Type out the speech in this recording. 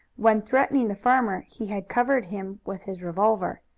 when threatening the farmer he had covered him with his revolver,